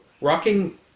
rocking